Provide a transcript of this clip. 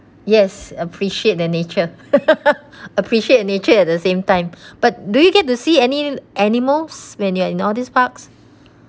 yes appreciate the nature appreciate the nature at the same time but do you get to see any animals when you are in all these parks